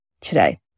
today